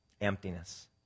Emptiness